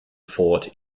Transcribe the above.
fought